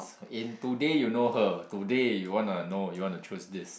in today you know her today you wanna know you wanna choose this